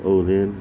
oh then